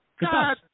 God